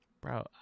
Bro